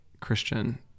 Christian